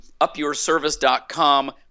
upyourservice.com